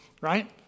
right